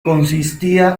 consistía